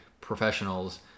professionals